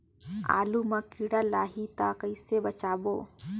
आलू मां कीड़ा लाही ता कइसे बचाबो?